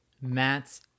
matt's